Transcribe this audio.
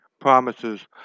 promises